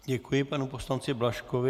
Děkuji panu poslanci Blažkovi.